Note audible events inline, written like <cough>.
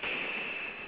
<noise>